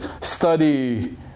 study